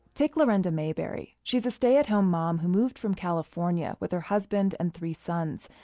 take larenda mayberry. she's a stay-at-home mom who moved from california with her husband and three sons.